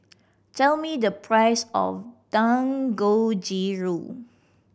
tell me the price of Dangojiru